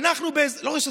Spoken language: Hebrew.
לא רשתות,